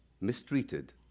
mistreated